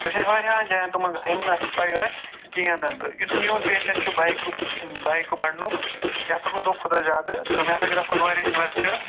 أسۍ ٲسۍ واریاہَن جاین تِمَن گژھان یِم نہٕ اَسہِ پَے ٲسۍ کِہیٖنٛۍ نہٕ تہٕ یُس میٛون پیشَن چھُ بایکُک بایکہٕ بَڈنُک یہِ ہسا گوٚو دۄہ کھۄتہٕ دۄہ زیادٕ تہٕ مےٚ ہسا کٔر اَتھ منٛز واریاہ زیادٕ اِنویسٹہٕ